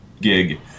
gig